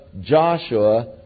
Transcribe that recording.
Joshua